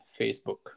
Facebook